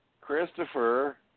Christopher